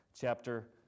chapter